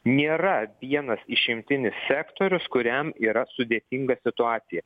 nėra vienas išimtinis sektorius kuriam yra sudėtinga situacija